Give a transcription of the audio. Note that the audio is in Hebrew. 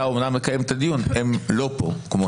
אתה אמנם מקיים את הדיון אבל הם לא כאן.